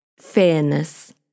Fairness